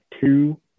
two